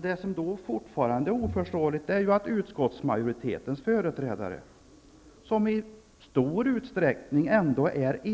Det som är oförståeligt är att utskottsmajoritetens företrädare, som i stor utsträckning är